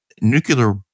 nuclear